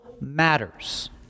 matters